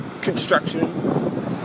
construction